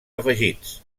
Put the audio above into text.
afegits